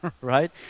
right